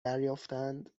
دریافتند